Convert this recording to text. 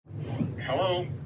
Hello